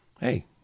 Hey